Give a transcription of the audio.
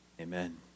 Amen